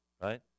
right